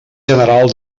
general